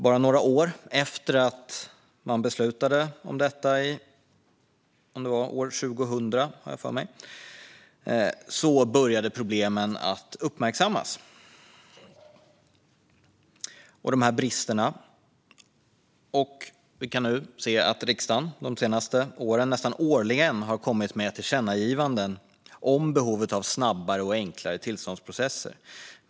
Bara några år efter att man beslutade om detta - jag har för mig att det var år 2000 - började problemen och bristerna att uppmärksammas. Vi kan nu se att riksdagen under de senaste åren nästan årligen har kommit med ett tillkännagivande om behovet av snabbare och enklare tillståndsprocesser.